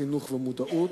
חינוך ומודעות,